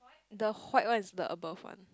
the white one is the above one